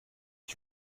ich